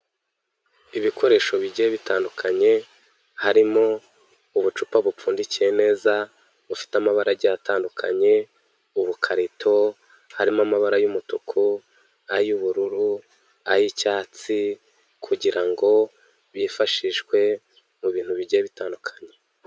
Ibikoresho bigiye bitandukanye harimo ubucupa bupfundikiye neza, bufite amabara agiye atandukanye, ubukarito harimo amabara y'umutuku, ay'ubururu, ay'icyatsi kugira ngo byifashishwe mu bintu bigiye bitandukanye.